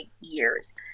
years